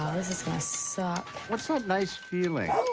this is gonna suck. what's that nice feeling?